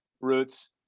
Roots